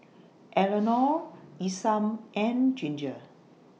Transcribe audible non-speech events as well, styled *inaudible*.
Eleonore *noise* Isam and Ginger